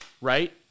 right